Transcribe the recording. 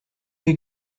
you